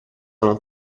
non